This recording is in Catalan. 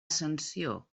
sanció